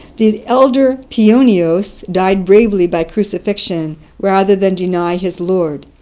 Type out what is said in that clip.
the elder pionios died bravely by crucifixion rather than deny his lord.